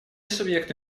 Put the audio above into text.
субъекты